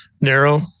narrow